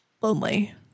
lonely